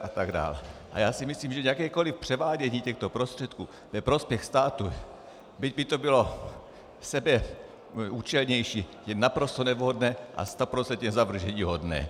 A já si myslím, že jakékoli převádění těchto prostředků ve prospěch státu, byť by to bylo sebeúčelnější, je naprosto nevhodné a stoprocentně zavrženíhodné.